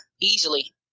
Easily